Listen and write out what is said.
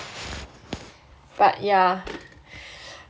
but yeah